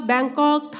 Bangkok